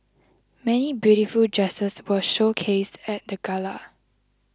many beautiful dresses were showcased at the Gala